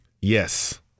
Yes